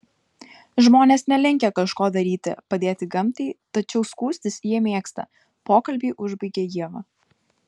žmonės nelinkę kažko daryti padėti gamtai tačiau skųstis jie mėgsta pokalbį užbaigė ieva